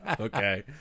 okay